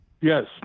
Yes